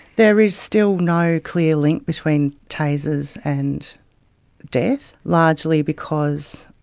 there is still no clear link between tasers and death, largely because,